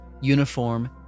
uniform